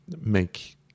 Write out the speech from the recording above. make